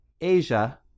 Asia